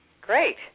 Great